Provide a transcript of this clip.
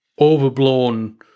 overblown